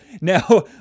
Now